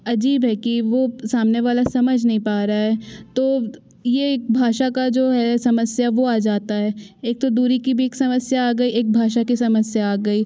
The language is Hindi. अजीब है कि वह सामने वाला समझ नहीं पा रहा है तो यह एक भाषा की जो है समस्या वह आ जाती है एक तो दूरी की भी समस्या आ गई एक भाषा की समस्या आ गई अब